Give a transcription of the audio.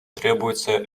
требуется